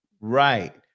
right